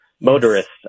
motorists